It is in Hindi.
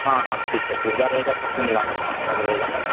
हाँ हाँ ठीक है पुर्जा रहेगा तो हमको मिलाने में ठीक ठाक रहेगा न